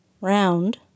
round